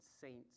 saints